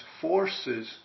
forces